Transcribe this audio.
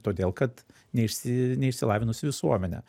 todėl kad neišsi neišsilavinus visuomenė